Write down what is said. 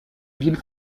ville